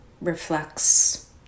reflects